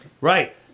Right